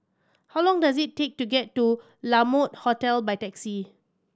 how long does it take to get to La Mode Hotel by taxi